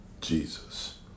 Jesus